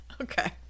Okay